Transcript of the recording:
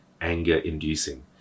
anger-inducing